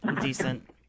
decent